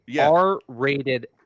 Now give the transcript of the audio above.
R-rated